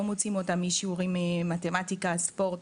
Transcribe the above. מוציאים אותם משיעורי מתמטיקה או ספורט,